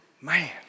man